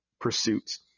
pursuits